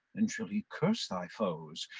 and shall he curse thy foes,